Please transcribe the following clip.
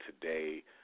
today